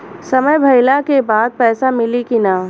समय भइला के बाद पैसा मिली कि ना?